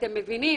כשאתם מבינים